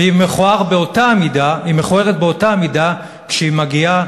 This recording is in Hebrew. והיא מכוערת באותה מידה כשהיא מגיעה